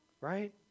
right